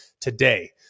today